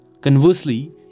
Conversely